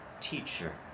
teacher